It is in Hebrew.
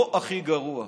לא הכי גרוע.